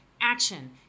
Action